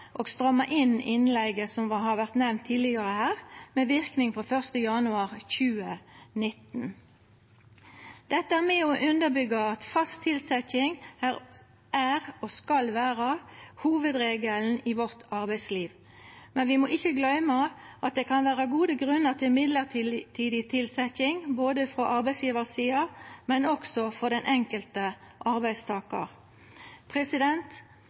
og stramma inn innleige, som det har vore nemnt tidlegare her, med verknad frå 1. januar 2019. Dette er med på å underbyggja at fast tilsetjing er og skal vera hovudregelen i vårt arbeidsliv, men vi må ikkje gløyma at det kan vera gode grunnar til mellombels tilsetjing både frå arbeidsgjevarsida og også for den enkelte arbeidstakar.